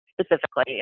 specifically